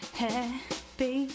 happy